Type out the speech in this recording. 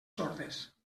sordes